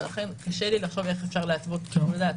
לכן קשה לי לחשוב איך אפשר להתוות שיקול דעת.